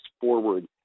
forward